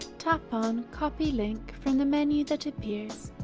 tap on copy link from the menu that appears.